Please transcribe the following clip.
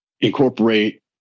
incorporate